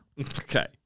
Okay